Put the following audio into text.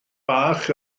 bach